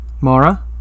Mara